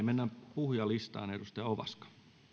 mennään puhujalistaan edustaja ovaska